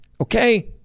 Okay